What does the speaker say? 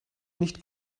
nicht